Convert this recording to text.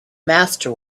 master